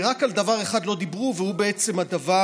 רק על דבר אחד לא דיברו, והוא בעצם הדבר